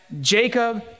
Jacob